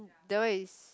that one is